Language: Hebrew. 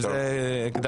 בשביל זה איחרתי